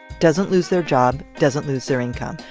doesn't lose their job, doesn't lose their income.